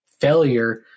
failure